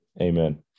Amen